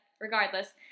regardless